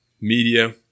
media